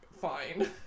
Fine